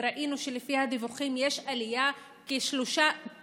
וראינו שלפי הדיווחים יש עלייה פי